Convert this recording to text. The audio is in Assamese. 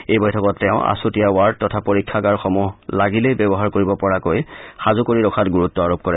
এই বৈঠকত তেওঁ আচুতীয়া ৱাৰ্ড তথা পৰীক্ষাগাৰসমূহ লাগিলেই ব্যৱহাৰ কৰিব পৰাকৈ সাজু কৰি ৰখাত গুৰুত্ব আৰোপ কৰে